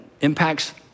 impacts